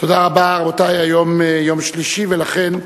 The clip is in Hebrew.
רבותי, היום יום שלישי, ולכן